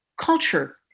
culture